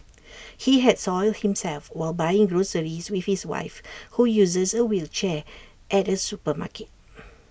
he had soiled himself while buying groceries with his wife who uses A wheelchair at A supermarket